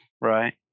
Right